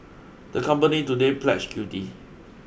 the company today pledge guilty